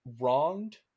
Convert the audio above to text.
wronged